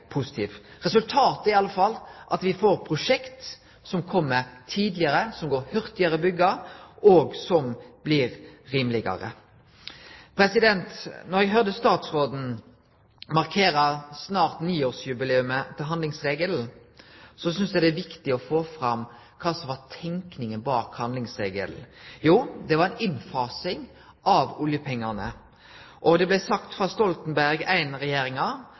positiv. Resultatet er i alle fall at vi får prosjekt som kjem tidlegare, som det er hurtigare å byggje, og som blir rimelegare. Da eg hørte statsråden markere at det snart er niårsjubileet til handlingsregelen, synest eg det er viktig å få fram kva som var tenkinga bak handlingsregelen. Jo, det var ei innfasing av oljepengane. Det blei sagt av Stoltenberg